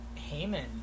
Heyman